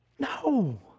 No